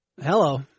Hello